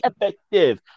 effective